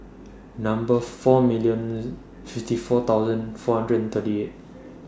Number four million fifty four thousand four hundred and thirty eight